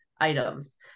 items